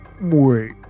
Wait